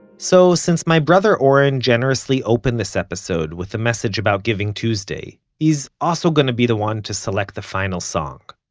so since my brother oren generously opened this episode with a message about giving tuesday he's also going to be the one to select the final song.